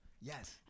Yes